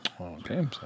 Okay